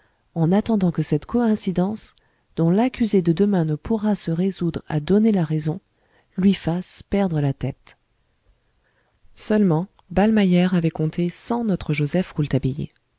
en attendant que cette coïncidence dont l'accusé de demain ne pourra se résoudre à donner la raison lui fasse perdre la tête seulement ballmeyer avait compté sans notre joseph